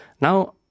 now